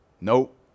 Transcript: nope